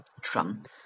Trump